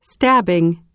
stabbing 、